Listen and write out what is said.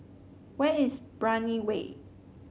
where is Brani Way